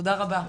תודה רבה,